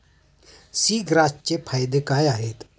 सीग्रासचे फायदे काय आहेत?